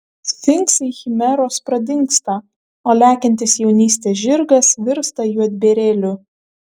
sfinksai chimeros pradingsta o lekiantis jaunystės žirgas virsta juodbėrėliu